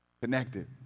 connected